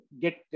get